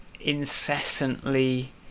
incessantly